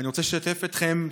ואני רוצה לשתף אתכם,